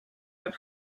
but